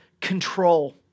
control